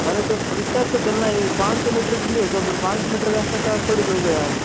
अरे तो इतना तो चलना है ये पाँच सौ मीटर भी नहीं होगा पूरे पाँच सौ मीटर का एैक्स्ट्रा चार्ज थोड़ी लोगे यार